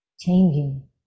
changing